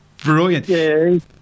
Brilliant